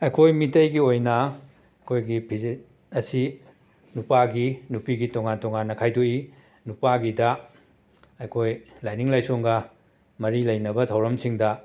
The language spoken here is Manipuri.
ꯑꯩꯈꯣꯏ ꯃꯤꯇꯩꯒꯤ ꯑꯣꯏꯅ ꯑꯩꯈꯣꯏꯒꯤ ꯐꯤꯖꯦꯠ ꯑꯁꯤ ꯅꯨꯄꯥꯒꯤ ꯅꯨꯄꯤꯒꯤ ꯇꯣꯉꯥꯟ ꯇꯣꯉꯥꯟꯅ ꯈꯥꯏꯗꯣꯛꯏ ꯅꯨꯄꯥꯒꯤꯗ ꯑꯩꯈꯣꯏ ꯂꯥꯏꯅꯤꯡ ꯂꯥꯏꯁꯣꯟꯒ ꯃꯔꯤ ꯂꯩꯅꯕ ꯊꯧꯔꯝꯁꯤꯡꯗ